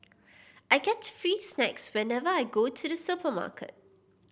I get free snacks whenever I go to the supermarket